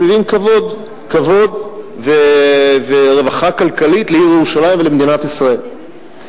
שמביאים כבוד ורווחה כלכלית לעיר ירושלים ולמדינת ישראל.